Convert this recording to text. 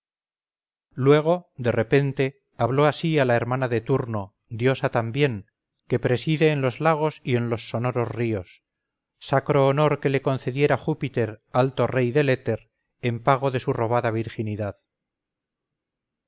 luego de repente habló así a la hermana de turno diosa también que preside en los lagos y en los sonoros ríos sacro honor que le concediera júpiter alto rey del éter en pago de su robada virginidad